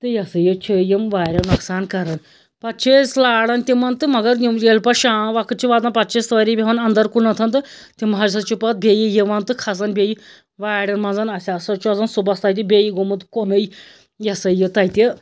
تہٕ یہِ ہَسا یہِ چھِ یم واریاہ نۅقصان کَران پَتہٕ چھِ أسۍ لاران تِمن تہٕ مگر یم ییٚلہِ پتہٕ شام وقت چھِ واتان پتہٕ چھِ أسۍ سٲرِی بیٚہان انٛدر کُنَتھ تہٕ تِم ہَسا چھِ پَتہٕ بیٚیہِ یِوان تہٕ کھَسان بیٚیہِ وارٮ۪ن مَنٛز اَسہِ ہَسا چھُ آسان صُبحَس تتہِ بیٚیہِ گوٚمُت کُنُے یہِ ہَسا یہِ تتہِ